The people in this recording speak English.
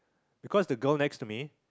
because the girl next to me